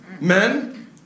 men